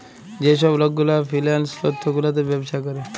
যে ছব লক গুলা ফিল্যাল্স তথ্য গুলাতে ব্যবছা ক্যরে